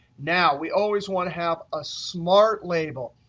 now, we always want to have a smart label.